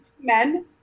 men